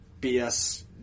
BS